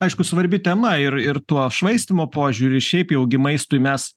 aišku svarbi tema ir ir tuo švaistymo požiūriu šiaip jau gi maistui mes